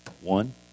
One